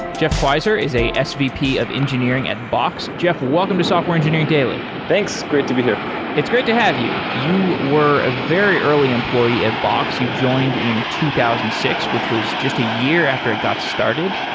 jeff queisser is a a svp of engineering at box. jeff, welcome to software engineering daily thanks. great to be here it's great to have you. you were a very early employee at box. you joined in two thousand and six, which was just a year after it got started.